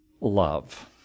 love